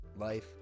life